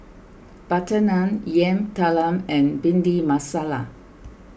Butter Naan Yam Talam and Bhindi Masala